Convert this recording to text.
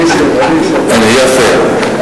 יפה.